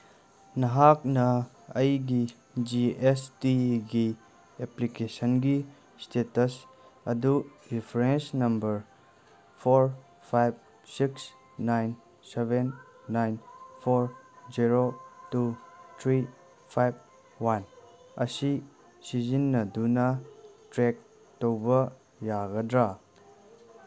ꯅꯍꯥꯛꯅ ꯑꯩꯒꯤ G S ꯇꯤꯒꯤ ꯑꯦꯄ꯭ꯂꯤꯀꯦꯁꯟꯒꯤ ꯏꯁꯇꯦꯇꯁ ꯑꯗꯨ reference number four five six nine seven nine four zero two three five one ꯑꯁꯤ ꯁꯤꯖꯤꯟꯅꯗꯨꯅ ꯆꯦꯛ ꯇꯧꯕ ꯌꯥꯒꯗ꯭ꯔꯥ